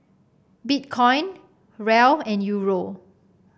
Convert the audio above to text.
Bitcoin Riel and Euro